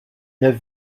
neuf